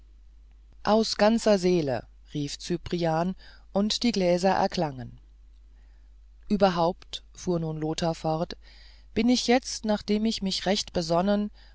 aus ganzer seele rief cyprian und die gläser erklangen überhaupt fuhr nun lothar fort bin ich jetzt nachdem ich mich recht besonnen